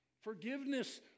Forgiveness